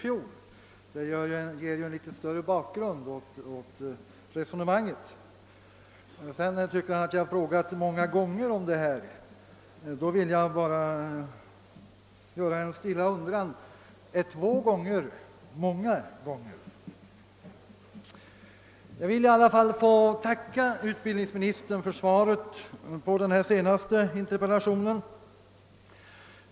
Jag ber att få tacka utbildningsministern för svaret på min interpellation.